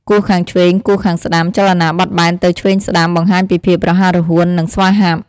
គោះខាងឆ្វេង គោះខាងស្តាំ ចលនាបត់បែនទៅឆ្វេងស្ដាំ បង្ហាញពីភាពរហ័សរហួន និងស្វាហាប់។